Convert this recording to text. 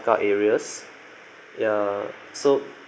areas ya so